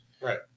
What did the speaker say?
Right